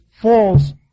false